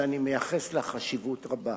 שאני מייחס לה חשיבות רבה.